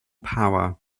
power